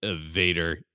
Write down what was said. Vader